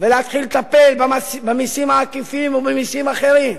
ולהתחיל לטפל במסים העקיפים ובמסים אחרים.